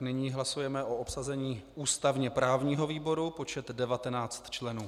Nyní hlasujeme o ustavení ústavněprávního výboru, počet 19 členů.